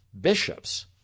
bishops